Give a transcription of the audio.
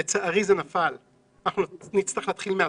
אבל לצערי זה נפל ואנחנו נצטרך להתחיל מהתחלה,